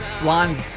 blonde